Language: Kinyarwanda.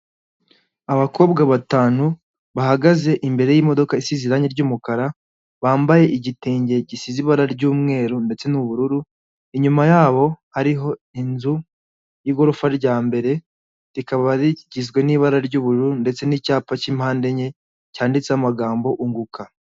Abakobwa batanu bahagaze imbere y'imodoka isize irangi ry'umukara, bambaye igitenge gisize ibara ry'umweru ndetse n'ubururu, inyuma yabo hariho inzu y'igorofa rya mbere rikaba rigizwe n'ibara ry'ubururu ndetse n'icyapa cy'impande enye, cyanditseho amagambo UNGUKA.